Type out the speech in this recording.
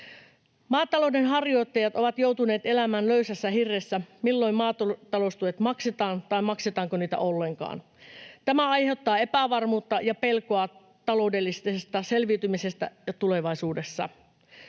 Maatalouden harjoittajat ovat joutuneet elämään löysässä hirressä, milloin maataloustuet maksetaan tai maksetaanko niitä ollenkaan. Tämä aiheuttaa epävarmuutta ja pelkoa taloudellisesta selviytymisestä tulevaisuudessa.